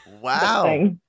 wow